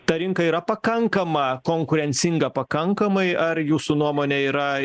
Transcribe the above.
ta rinka yra pakankama konkurencinga pakankamai ar jūsų nuomone yra